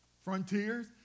Frontiers